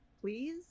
Please